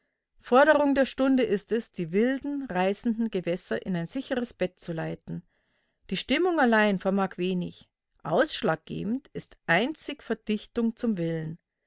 forderung der stunde ist es die wilden reißenden gewässer in ein sicheres bett zu leiten die stimmung allein vermag wenig ausschlaggebend ist einzig verdichtung zum willen